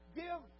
give